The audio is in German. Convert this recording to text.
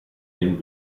den